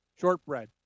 Shortbread